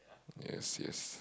yes yes